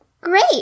Great